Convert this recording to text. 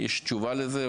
יש תשובה לזה?